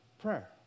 prayer